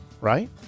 right